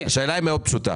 השאלה היא מאוד פשוטה.